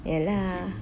ya lah